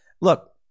Look